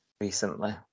Recently